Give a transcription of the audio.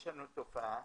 יש תופעה